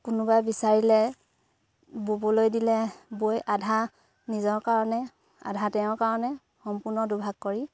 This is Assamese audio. কোনোবাই বিচাৰিলে ব'বলৈ দিলে বৈ আধা নিজৰ কাৰণে আধা তেওঁৰ কাৰণে সম্পূৰ্ণ দুভাগ কৰি